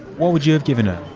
what would you have given her?